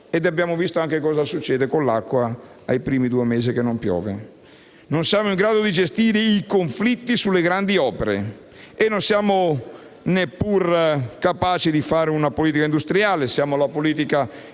abbiamo visto anche cosa succede con l'acqua dopo soli due mesi che non piove. Non siamo in grado di gestire i conflitti con le grandi opere e non siamo neppure capaci di fare una politica industriale. Siamo alla politica industriale